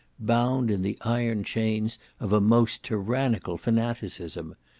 bound in the iron chains of a most tyrannical fanaticism?